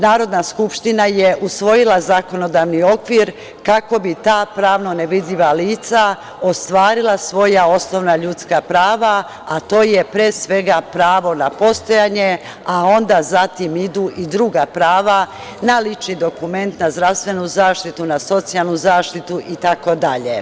Narodna skupština je usvojila zakonodavni okvir kako bi ta pravno nevidljiva lica ostvarila svoja osnovna ljudska prava, a to je pre svega pravo na postojanje, a onda idu i druga prava, na lični dokument, na zdravstvenu zaštitu, na socijalnu zaštitu itd.